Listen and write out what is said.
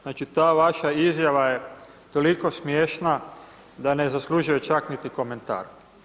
Znači ta vaša izjava je toliko smiješna da ne zaslužuje čak niti komentar.